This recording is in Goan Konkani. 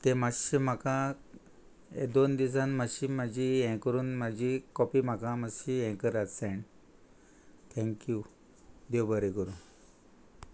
तें मातशें म्हाका दोन दिसान मातशी म्हाजी हें करून म्हाजी कॉपी म्हाका मातशी हें करात सॅण थँक्यू देव बरें करूं